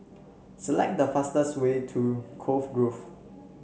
select the fastest way to Cove Grove